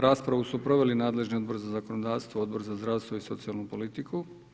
Raspravu su proveli nadležni Odbor za zakonodavstvo, Odbor za zdravstvo i socijalnu politiku.